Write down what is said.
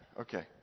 Okay